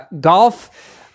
Golf